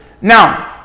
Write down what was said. Now